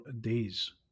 days